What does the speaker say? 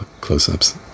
close-ups